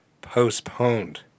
postponed